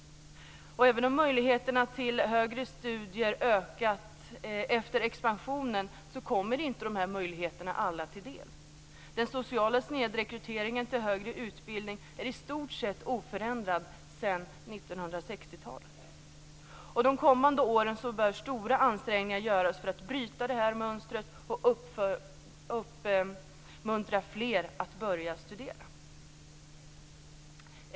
Även om möjligheterna till högre studier ökat efter expansionen så kommer inte de här möjligheterna alla till del. Den sociala snedrekryteringen till högre utbildning är i stort sett oförändrad sedan 1960-talet. De kommande åren bör stora ansträngningar göras för att bryta detta mönster och uppmuntra fler att studera.